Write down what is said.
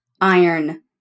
iron